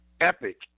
epic